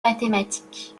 mathématique